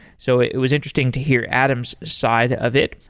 so it was interesting to hear adam's side of it.